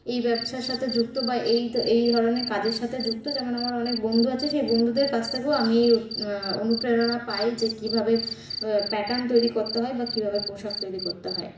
এই ব্যবসার সাথে যুক্ত বা এই এই ধরনের কাজের সাথে যুক্ত যেমন আমার অনেক বন্ধু আছে সেই বন্ধুদের কাছ থেকেও আমি এই অনুপ্রেরণা পাই যে কীভাবে প্যাটার্ন তৈরি করতে হয় বা কীভাবে পোশাক তৈরি করতে হয়